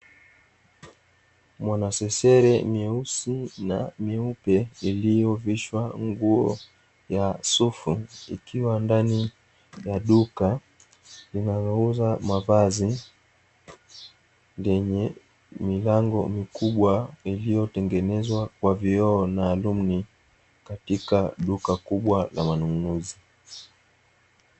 Mwanasesere nyeusi na nyeupe iliyovishwa nguo ya sufu ikiwa ndani ya duka linalouza mavazi lenye milango mikubwa, iliyotengenezwa kwa vyoo alumni katika duka kubwa la manunuzi.